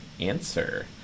answer